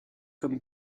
comme